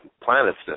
planets